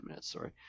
sorry